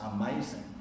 amazing